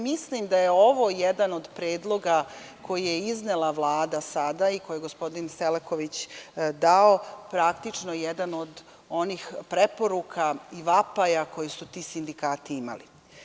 Mislim da je ovo jedan od predloga koji je iznela Vlada sada i koji je gospodin Selaković dao jedan od preporuka i vapaja koje su ti sindikati imali.